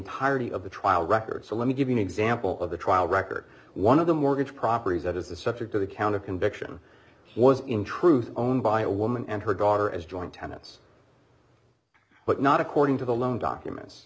entirety of the trial record so let me give you an example of the trial record one of the mortgage properties that is the subject of the count of conviction was in truth owned by a woman and her daughter as joint tenants but not according to the loan documents